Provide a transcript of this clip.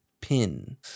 Pin